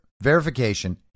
verification